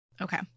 Okay